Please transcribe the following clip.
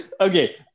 Okay